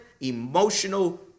emotional